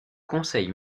conseil